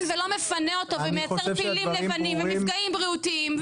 ולא מפנה אותו ומייצר פילים לבנים ומפגעים בריאותיים,